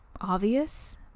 Obvious